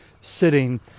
sitting